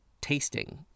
tasting